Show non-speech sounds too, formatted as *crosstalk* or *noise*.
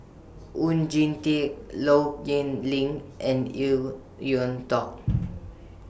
*noise* Oon Jin Teik Low Yen Ling and EU Yuan Tong *noise*